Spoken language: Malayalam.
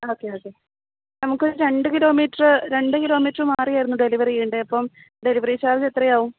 ഓക്കെ ഓക്കെ നമുക്ക് ഒരു രണ്ട് കിലോമീറ്ററ് രണ്ട് കിലോമീറ്ററ് മാറിയായിരുന്നു ഡെലിവറി ചെയ്യേണ്ടത് അപ്പോം ഡെലിവറി ചാർജ് എത്രയാകും